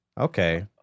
Okay